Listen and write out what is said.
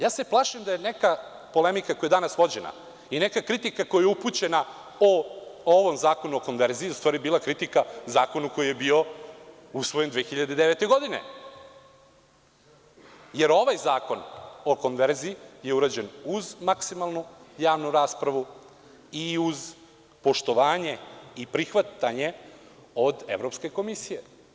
Ja se plašim da je neka polemika koja je danas vođena i neka kritika koja je upućena o ovom Zakonu o konverziji u stvari bila kritika o zakonu koji je bio usvojen2009. godine jer ovaj zakon o konverziji je urađen uz maksimalnu javnu raspravu i uz poštovanje i prihvatanje od Evropske komisije.